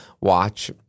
watch